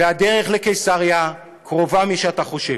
והדרך לקיסריה קרובה משאתה חושב.